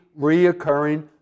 reoccurring